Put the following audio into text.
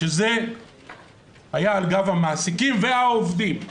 שזה היה על גב המעסיקים והעובדים.